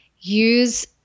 use